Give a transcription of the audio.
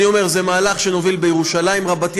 אני אומר שזה מהלך שנוביל בירושלים רבתי,